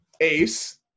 Ace